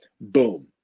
boom